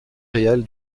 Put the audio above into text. réelle